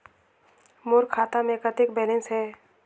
मोर खाता मे कतेक बैलेंस हे?